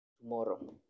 tomorrow